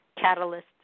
Catalyst